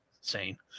sane